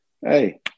Hey